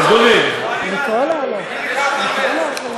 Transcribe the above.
גמרנו, הבנו.